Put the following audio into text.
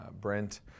Brent